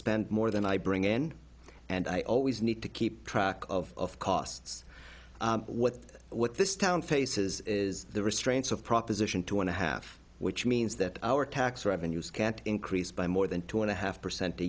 spend more than i bring in and i always need to keep track of costs what what this town faces is the restraints of proposition two and a half which means that our tax revenues can't increase by more than two and a half percent a